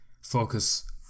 focus